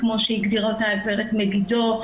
כמו שהגדירה אותה הגב' מגידו,